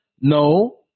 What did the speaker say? No